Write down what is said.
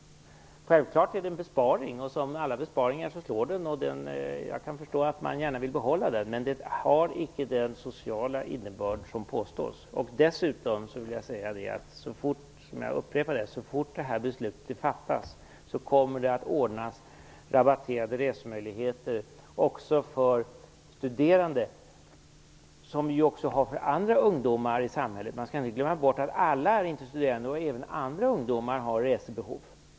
Självklart är det en besparing. Som alla besparingar slår den. Jag kan förstå att man gärna vill behålla rabatten. Men den har icke den sociala innebörd som påstås. Dessutom vill jag säga att så fort det här beslutet har fattats kommer det att ordnas rabatterade resmöjligheter också för studerande, som vi ju har för andra ungdomar i samhället. Man skall inte glömma bort att alla inte är studerande. Även andra ungdomar har resebehov.